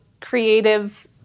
creative